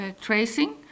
tracing